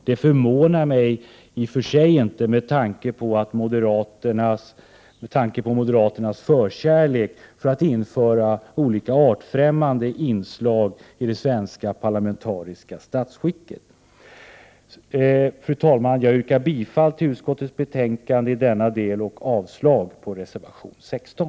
Det förvånar mig i och för sig inte med tanke på moderaternas förkärlek för att införa olika artfrämmande inslag i det svenska parlamentariska statsskicket. Fru talman! Jag yrkar bifall till utskottets bedömning i denna del och avslag på reservation 16.